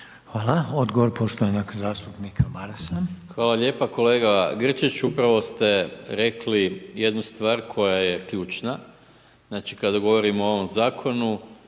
Hvala. Odgovor poštovanog zastupnika Marasa. **Maras, Gordan (SDP)** Hvala lijepa. Kolega Grčić upravo ste rekli jednu stvar koja je ključna znači kada govorimo o ovom zakonu.